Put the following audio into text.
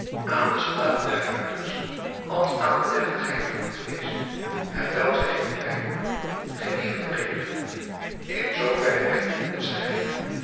aan den slaat der ruiters als aan de deftigheid van het feest hetwelk zij gingen bijwonen geëvenredigd in zoo verre echter